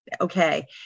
Okay